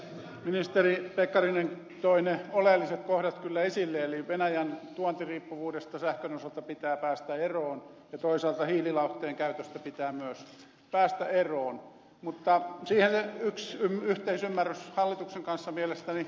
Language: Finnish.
ministeri pekkarinen toi ne oleelliset kohdat kyllä esille eli venäjän tuontiriippuvuudesta sähkön osalta pitää päästä eroon ja toisaalta hiililauhteen käytöstä pitää myös päästä eroon mutta siihen se yhteisymmärrys hallituksen kanssa mielestäni alkaakin loppua